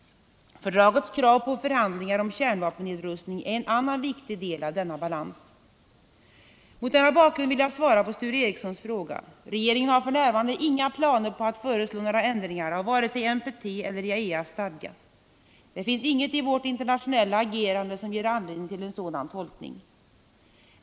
Fördragets krav på förhandlingar om kärnvapennedrustning är en annan viktig del av denna balans. Mot denna bakgrund vill jag svara på Sture Ericsons fråga. Regeringen har f. n. inga planer på att föreslå några ändringar av vare sig NPT eller IAEA:s stadga. Det finns inget i vårt internationella agerande som ger anledning till en sådan tolkning.